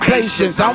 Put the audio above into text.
Patience